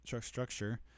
structure